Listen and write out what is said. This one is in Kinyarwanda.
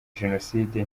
genocide